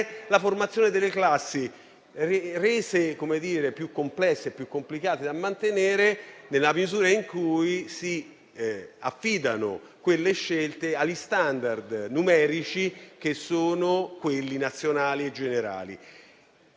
la formazione delle stesse classi; ed è più complicato da mantenerle nella misura in cui si affidano quelle scelte agli *standard* numerici che sono quelli nazionali e generali.